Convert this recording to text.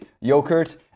yogurt